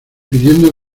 pidiendo